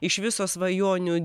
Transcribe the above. iš viso svajonių